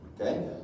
okay